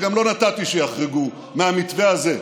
וגם לא נתתי שיחרגו מהמתווה הזה.